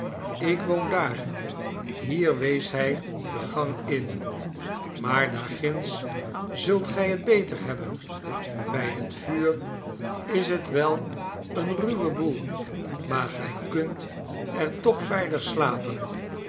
ik woon daar hier wees hij den gang in maar daar ginds zult gij het beter hebben bij het vuur is het wel een ruwe boel maar gij kunt er toch veilig slapen